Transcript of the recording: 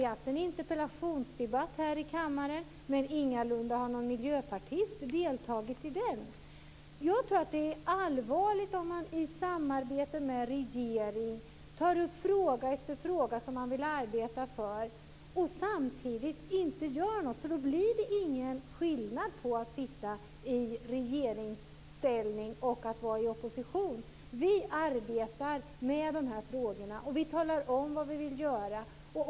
Vi har haft en interpellationsdebatt här i kammaren, men inte har någon miljöpartist deltagit i den. Jag tror att det är allvarligt om man i samarbete med regeringen tar upp fråga efter fråga som man vill arbeta för, och samtidigt inte gör något. Då blir det ingen skillnad på att sitta i regeringsställning och att vara i opposition. Vi arbetar med de här frågorna, och vi talar om vad vi vill göra.